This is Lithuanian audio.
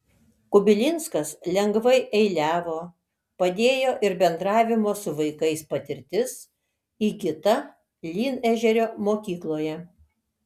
kubilinskas lengvai eiliavo padėjo ir bendravimo su vaikais patirtis įgyta lynežerio mokykloje